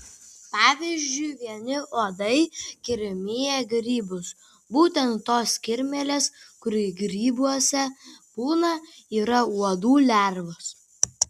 pavyzdžiui vieni uodai kirmija grybus būtent tos kirmėlės kur grybuose būna yra uodų lervos